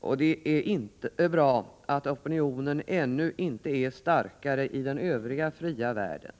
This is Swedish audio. och det är inte bra att opinionen ännu inte är starkare i den övriga fria världen.